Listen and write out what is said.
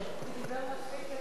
הוא דיבר מספיק היום.